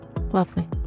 Lovely